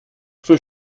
für